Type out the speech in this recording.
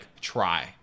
try